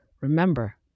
Remember